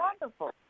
wonderful